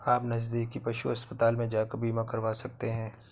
आप नज़दीकी पशु अस्पताल में जाकर बीमा करवा सकते है